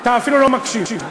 אתה אפילו לא מקשיב.